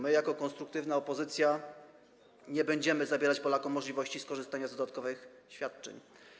My jako konstruktywna opozycja nie będziemy zabierać Polakom możliwości skorzystania z dodatkowych świadczeń.